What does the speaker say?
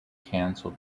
cancelled